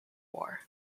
war